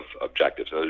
objectives